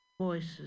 voices